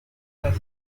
las